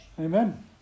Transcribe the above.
Amen